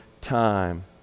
time